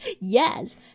Yes